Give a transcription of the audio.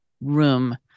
room